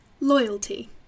Loyalty